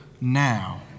now